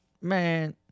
man